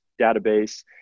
database